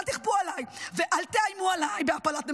אל תכפו עליי ואל תאיימו עליי בהפלת ממשלה.